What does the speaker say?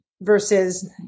versus